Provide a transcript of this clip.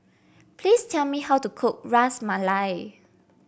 please tell me how to cook Ras Malai